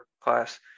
class